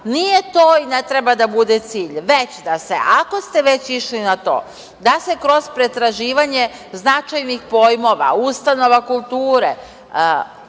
to i ne treba da bude cilj, već da se, ako ste već išli na to da se kroz pretraživanje značajnih pojmova, ustanova kulture